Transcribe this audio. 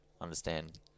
understand